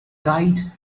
guild